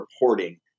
reporting